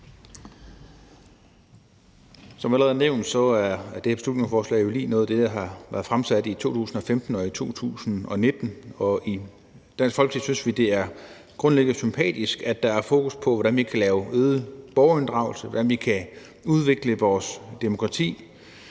Som allerede nævnt, er det her beslutningsforslag jo lig noget af det, der har været fremsat i 2015 og i 2019. I Dansk Folkeparti synes vi, at det grundlæggende er sympatisk, at der er fokus på, hvordan vi kan lave øget borgerinddragelse, og hvordan vi kan udvikle vores demokrati.